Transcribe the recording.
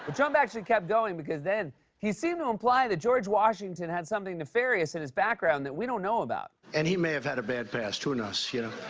trump actually kept going because then he seemed to imply that george washington had something nefarious in his background that we don't know about. and he may have had a bad past. who knows, you know?